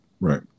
Right